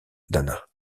dana